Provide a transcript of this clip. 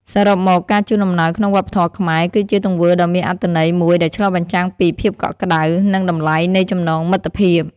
សរុបមក ការជូនអំណោយក្នុងវប្បធម៌ខ្មែរ គឺជាទង្វើដ៏មានអត្ថន័យមួយដែលឆ្លុះបញ្ចាំងពី ភាពកក់ក្តៅ និងតម្លៃនៃចំណងមិត្តភាព។